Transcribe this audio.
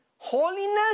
holiness